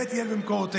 בית הלל במקומותיהם,